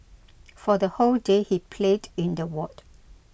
for the whole day he played in the ward